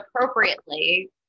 appropriately